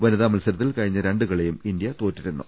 വനിതാ മത്സരത്തിൽ കഴിഞ്ഞ രണ്ട് കളിയും ഇന്ത്യ തോറ്റിരുന്നു